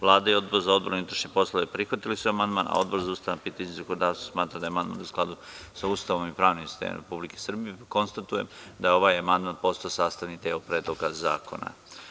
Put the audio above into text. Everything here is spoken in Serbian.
Vlada i Odbor za odbranu i unutrašnje poslove prihvatili su amandman, a Odbor za ustavna pitanja i zakonodavstvo smatra da je amandman u skladu sa Ustavom i pravnim sistemom Republike Srbije, pa konstatujem da je ovaj amandman postao sastavni deo Predloga zakona.